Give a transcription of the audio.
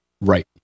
right